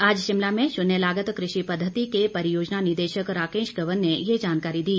आज शिमला में शून्य लागत कृषि पद्धति के परियोजना निदेशक राकेश कंवर ने ये जानकारी दी